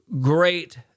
great